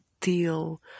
deal